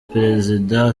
perezida